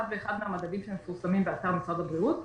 ואחד מהמדדים שמפורסמים באתר משרד הבריאות,